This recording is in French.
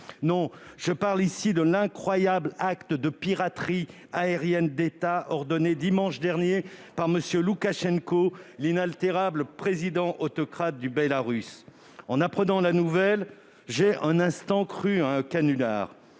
héros. Je parle ici de l'incroyable acte de piraterie aérienne d'État ordonné dimanche dernier par M. Loukachenko, l'inaltérable président-autocrate du Bélarus. En apprenant la nouvelle, j'ai un instant cru à un canular.